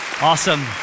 Awesome